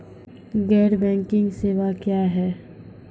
गैर बैंकिंग सेवा क्या हैं?